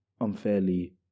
Unfairly